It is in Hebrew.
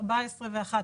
14 ו-11,